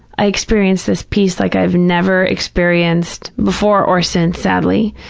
i experienced this peace like i've never experienced before or since, sadly,